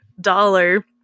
dollar